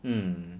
mm